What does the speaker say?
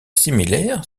similaire